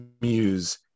muse